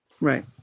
Right